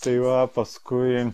tai va paskui